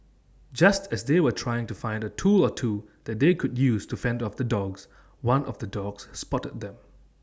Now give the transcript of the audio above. just as they were trying to find A tool or two that they could use to fend off the dogs one of the dogs spotted them